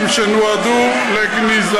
הליכוד נגד הבית היהודי,